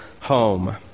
home